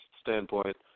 standpoint